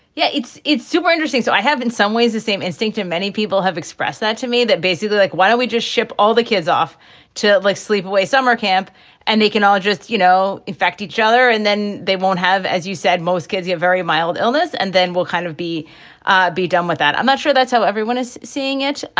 yeah, it's it's super interesting. so i have in some ways the same instinct and many people have expressed that to me that basically like, why don't we just ship all the kids off to like sleepaway summer camp and they can ologists, you know, effect each other and then they won't have, as you said, most kids, a very mild illness. and then we'll kind of be ah be done with that. i'm not sure that's how everyone is seeing it.